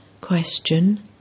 Question